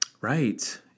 Right